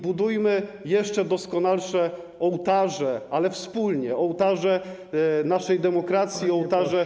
Budujmy jeszcze doskonalsze ołtarze, ale wspólnie, ołtarze naszej demokracji, ołtarze.